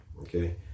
okay